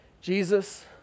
Jesus